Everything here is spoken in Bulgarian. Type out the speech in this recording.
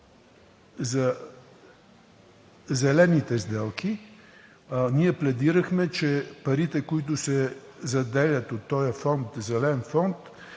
за зелените сделки, ние пледирахме, че парите, които се заделят от този зелен фонд,